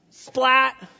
splat